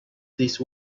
these